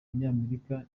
banyamerika